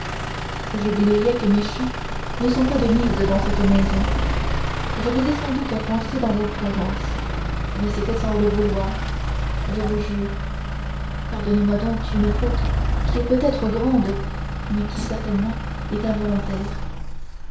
j'oubliais que mes chants ne sont pas de mise dans cette maison je vous ai sans doute offensé dans vos croyances mais c'était sans le vouloir je vous jure pardonnez-moi donc une faute qui est peut-être grande mais qui certainement est involontaire